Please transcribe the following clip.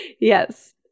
Yes